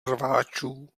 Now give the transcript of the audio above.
rváčů